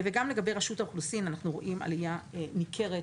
וגם לגבי רשות האוכלוסין אנחנו רואים עלייה ניכרת,